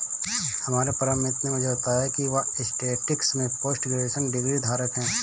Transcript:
हमारे परम मित्र ने मुझे बताया की वह स्टेटिस्टिक्स में पोस्ट ग्रेजुएशन डिग्री धारक है